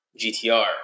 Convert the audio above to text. GTR